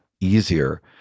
easier